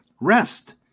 rest